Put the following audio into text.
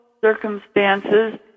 circumstances